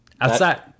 Outside